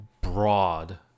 broad